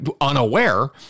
unaware